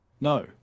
No